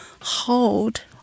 hold